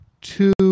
two